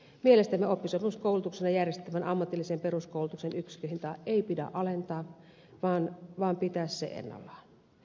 mielestämme oppisopimuskoulutuksena järjestettävän ammatillisen peruskoulutuksen yksikköhintaa ei pidä alentaa vaan pitää se ennallaan